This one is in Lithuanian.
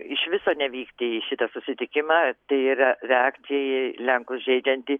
iš viso nevykti į šitą susitikimą tėra reakcija į lenkus žeidžiantį